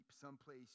Someplace